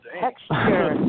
texture